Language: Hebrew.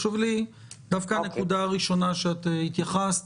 החוקיים שהן פי 1.5 ופי 2. זה הפך להיות שירות לעשירים